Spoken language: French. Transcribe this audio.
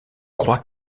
crois